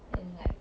and like